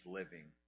living